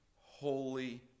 holy